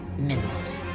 minerals.